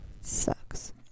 Sucks